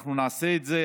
אנחנו נעשה את זה.